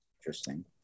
Interesting